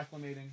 acclimating